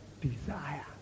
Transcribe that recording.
desire